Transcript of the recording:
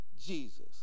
Jesus